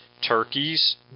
turkeys